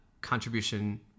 contribution